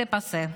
laissez-passer.